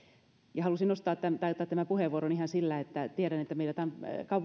ja halusin nostaa tämän puheenvuorossani ihan siksi että tiedän että meillä